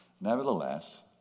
Nevertheless